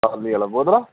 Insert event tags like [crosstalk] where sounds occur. ਬਾਲੀਆਲ [unintelligible]